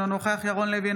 אינו נוכח ירון לוי,